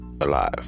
alive